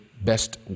best